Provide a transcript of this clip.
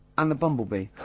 and the bumblebee.